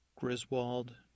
Griswold